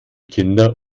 kinder